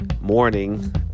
morning